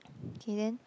K then